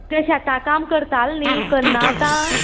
ते शेता काम करतालो न्ही करना आतां